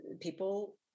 people